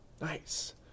Nice